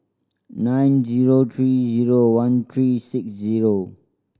nine zero three zero one three six zero